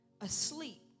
asleep